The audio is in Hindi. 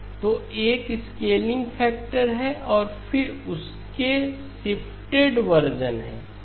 तो एक स्केलिंग फैक्टर है और फिर उस के शिफ्टेड वर्शन हैं